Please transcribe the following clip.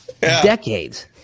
decades